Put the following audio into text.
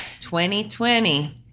2020